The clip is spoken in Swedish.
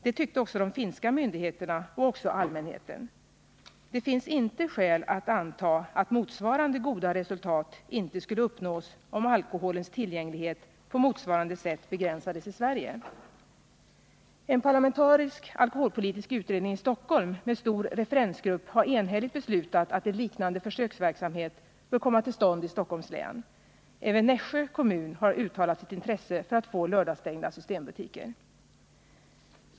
Detta tyckte också de finska myndigheterna och den finska allmänheten. Det finns inte skäl att anta att inte motsvarande goda resultat skulle uppnås, om alkoholens tillgänglighet på motsvarande sätt begränsades i Sverige. En parlamentarisk alkoholpolitisk utredning i Stockholm med stor referensgrupp har enhälligt uttalat att en liknande försöksverksamhet bör komma till stånd i Stockholms län. Även Nässjö kommun har uttalat sitt intresse för att få lördagsstängda systembutiker.